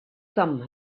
some